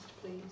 please